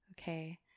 Okay